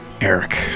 Eric